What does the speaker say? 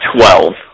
Twelve